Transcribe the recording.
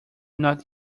not